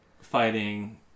fighting